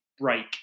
break